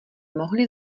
mohli